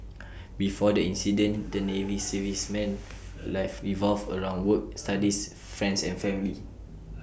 before the incident the navy serviceman's life revolved around work studies friends and family